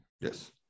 yes